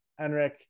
enric